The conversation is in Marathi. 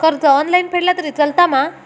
कर्ज ऑनलाइन फेडला तरी चलता मा?